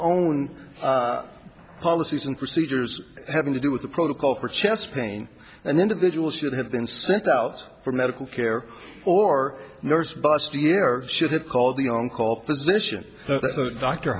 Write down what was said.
own policies and procedures having to do with the protocol for chest pain an individual should have been sent out for medical care or nurse busty ear should have called the on call physician d